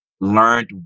learned